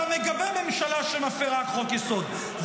אתה מגבה ממשלה שמפירה חוק-יסוד,